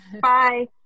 Bye